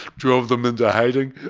drove them into hiding.